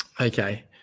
Okay